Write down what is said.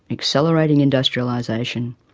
accelerating industrialisation,